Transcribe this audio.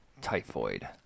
typhoid